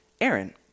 Aaron